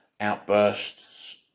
outbursts